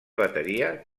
bateria